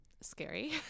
Scary